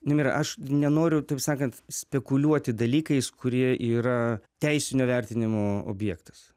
nemira aš nenoriu taip sakant spekuliuoti dalykais kurie yra teisinio vertinimo objektas